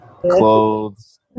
clothes